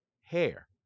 hair